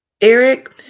Eric